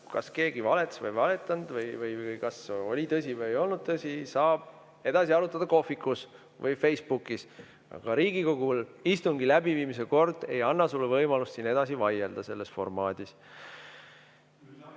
kas keegi valetas või ei valetanud või kas oli tõsi või ei olnud tõsi, saab edasi arutada kohvikus või Facebookis. Riigikogu istungi läbiviimise kord ei anna võimalust selles formaadis